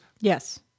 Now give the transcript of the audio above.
Yes